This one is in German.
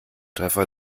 treffer